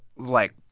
like,